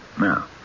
Now